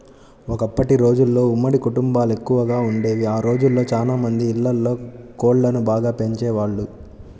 ఒకప్పటి రోజుల్లో ఉమ్మడి కుటుంబాలెక్కువగా వుండేవి, ఆ రోజుల్లో చానా మంది ఇళ్ళల్లో కోళ్ళను బాగా పెంచేవాళ్ళు